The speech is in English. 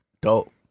dope